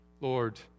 Lord